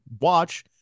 watch